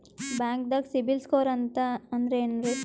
ಬ್ಯಾಂಕ್ದಾಗ CIBIL score ಅಂತ ಅಂದ್ರೆ ಏನ್ರೀ?